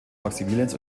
maximilians